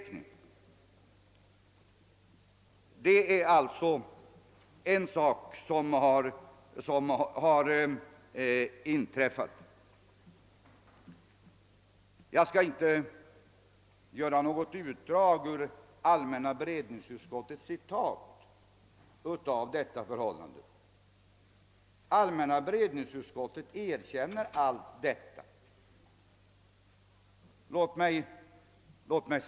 Regeringen har alltså begärt att få göra en sådan prövning. Jag skall inte citera vad allmänna beredningsutskottet säger på denna punkt utan bara nämna att utskottet erkänner allt detta. Låt mig sammanfatta.